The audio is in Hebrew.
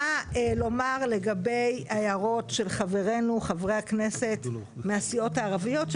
לגבי ההערות של חברינו חברי הכנסת מהסיעות הערביות,